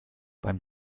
beim